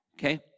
Okay